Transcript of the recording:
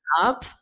up